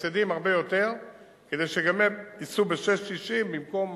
מסבסדים הרבה יותר כדי שגם הם ייסעו ב-6.60 במקום